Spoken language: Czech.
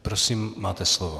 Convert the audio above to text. Prosím, máte slovo.